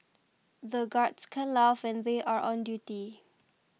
the guards can't laugh when they are on duty